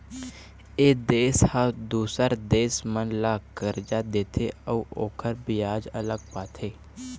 ए देश ह दूसर देश मन ल करजा देथे अउ ओखर बियाज अलग पाथे